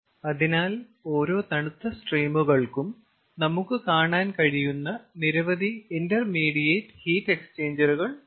അതിനാൽ ഓരോ തണുത്ത സ്ട്രീമുകൾക്കും നമുക്ക് കാണാൻ കഴിയുന്ന നിരവധി ഇന്റർമീഡിയറ്റ് ഹീറ്റ് എക്സ്ചേഞ്ചറുകൾ ഉണ്ട്